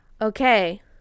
okay